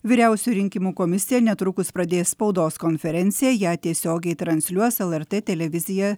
vyriausioji rinkimų komisija netrukus pradės spaudos konferenciją ją tiesiogiai transliuos lrt televizija